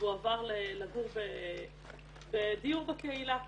והוא עבר לגור בדיור בקהילה.